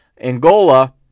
Angola